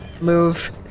move